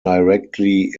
directly